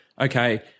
okay